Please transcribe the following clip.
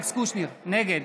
נגד